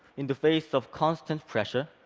in the face of constant pressure,